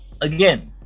again